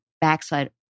backside